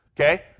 Okay